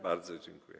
Bardzo dziękuję.